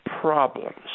problems